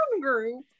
group